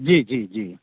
जी जी जी